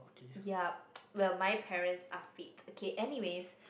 yup well my parents are fit okay anyways